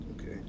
Okay